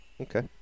Okay